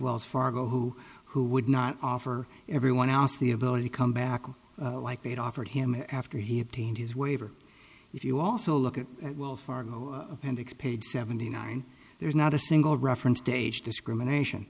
wells fargo who who would not offer everyone else the ability come back like they'd offered him after he obtained his waiver if you also look at wells fargo appendix page seventy nine there's not a single reference de age discrimination